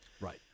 Right